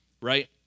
right